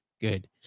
Good